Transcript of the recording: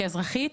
כאזרחית,